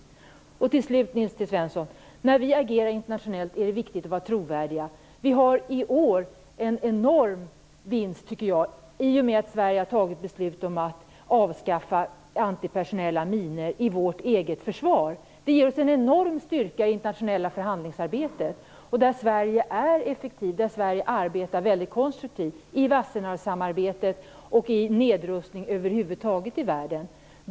Till slut vill jag säga Nils T Svensson att det är viktigt att vara trovärdiga när vi agerar internationellt. Vi har i år gjort en enorm vinst i och med att Sverige fattat beslut om att avskaffa antipersonella minor i vårt eget försvar. Det ger oss en enorm styrka i det internationella förhandlingsarbetet. Där är Sverige effektivt och arbetar konstruktivt, t.ex. i Wassenaarsamarbetet och i nedrustningsarbete över huvud taget i världen.